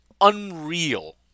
unreal